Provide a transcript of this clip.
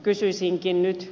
kysyisinkin nyt